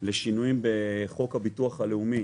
לשני שינויים בחוק הביטוח הלאומי.